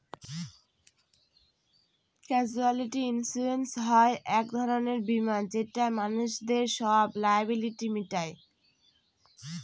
casualty insurance হয় এক ধরনের বীমা যেটা মানুষদের সব লায়াবিলিটি মিটায়